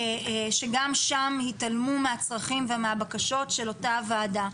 שגם שם התעלמו מהצרכים ומהבקשות של אותה הוועדה.